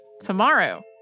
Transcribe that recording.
tomorrow